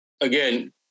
again